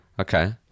okay